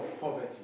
poverty